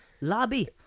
lobby